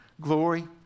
glory